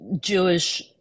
Jewish